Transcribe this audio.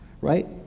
right